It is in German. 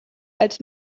als